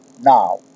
Now